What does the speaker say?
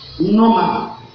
normal